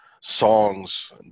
songs